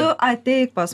tu ateik pas